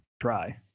try